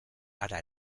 hara